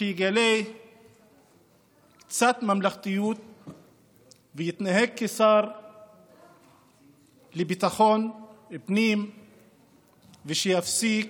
שיגלה קצת ממלכתיות ויתנהג כשר לביטחון פנים ושיפסיק